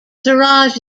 suraj